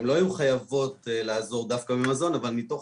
הן לא היו חייבות לעזור דווקא במזון מתוך